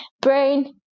brain